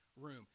room